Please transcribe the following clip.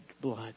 blood